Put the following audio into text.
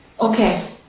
Okay